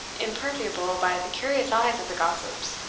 imperviable by the curious eyes of the gossips,